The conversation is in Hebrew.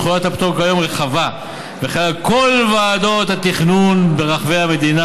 תחולת הפטור כיום רחבה וחלה על כל ועדות התכנון ברחבי המדינה,